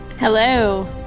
Hello